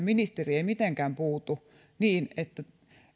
ministeri ei mitenkään puutu niin että